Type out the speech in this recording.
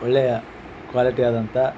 ಒಳ್ಳೆಯ ಕ್ವಾಲಿಟಿಯಾದಂಥ